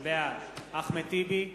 בעד אחמד טיבי,